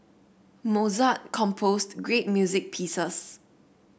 Mozart composed great music pieces